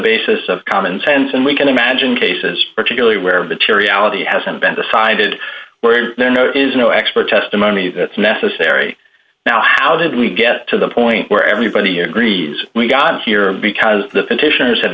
basis of common sense and we can imagine cases particularly where the to reality hasn't been decided where there no is no expert testimony that's necessary now how did we get to the point where everybody agrees we got here because the petitioners have